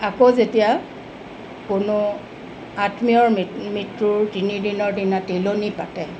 আকৌ যেতিয়া কোনো আত্মীয়ৰ মৃ মৃত্যুৰ তিনিদিনৰ দিনা তিলনি পাতে